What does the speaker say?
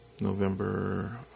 November